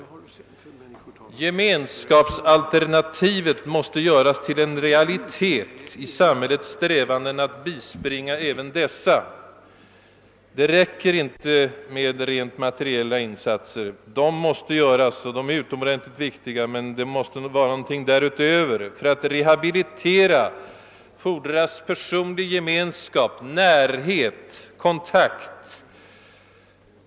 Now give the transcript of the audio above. Gemenskapsalternativet måste göras till en realitet i samhällets strävanden att bispringa även dessa kategorier. Det räcker inte med rent materiella insatser. De måste visserligen också göras och är självfallet utomordentligt viktiga, men därutöver krävs andra åtgärder. För att rehabilitera fordras ju just personlig gemenskap, närhet, kontakt.